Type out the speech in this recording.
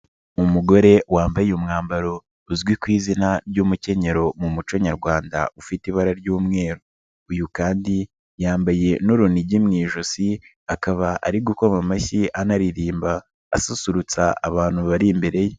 Umugore wambaye umwambaro uzwi ku izina ry'umukenyero mu muco nyarwanda ufite ibara ry'umweru. Uyu kandi yambaye n'urunigi mu ijosi akaba ari gukoma amashyi anaririmba asusurutsa abantu bari imbere ye.